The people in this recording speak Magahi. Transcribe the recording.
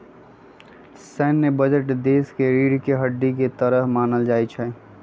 सैन्य बजट देश के रीढ़ के हड्डी के तरह मानल जा हई